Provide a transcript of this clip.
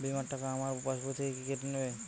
বিমার টাকা আমার পাশ বই থেকে কি কেটে নেবে?